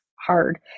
hard